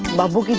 babu.